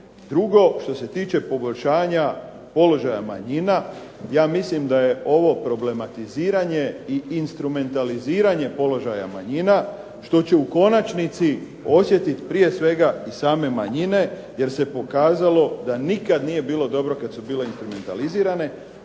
Drugo, što se tiče poboljšanja položaja manjina, ja mislim da je ovo problematiziranja i instrumentaliziranje položaja manjina što će u konačnici osjetiti prije svega same manjine jer se pokazalo da nikada nije bilo dobro kada su bile instrumentalizirane,